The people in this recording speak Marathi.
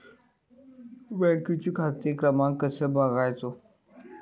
बँकेचो खाते क्रमांक कसो बगायचो?